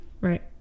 Right